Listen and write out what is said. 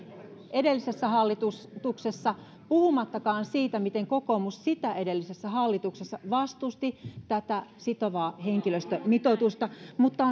edellisessä hallituksessa puhumattakaan siitä miten kokoomus edellisessä hallituksessa vastusti tätä sitovaa henkilöstömitoitusta mutta